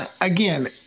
again